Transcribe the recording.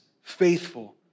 faithful